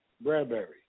Bradbury